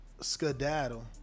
skedaddle